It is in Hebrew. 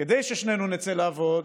כדי ששנינו נצא לעבוד